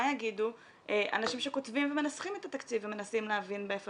מה יגידו אנשים שכותבים ומנסחים את התקציב ומנסים להבין איפה